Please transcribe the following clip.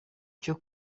cyo